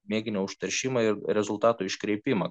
mėginio užteršimą ir rezultatų iškreipimą